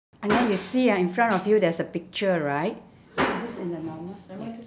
and then you see ah in front of you there is a picture right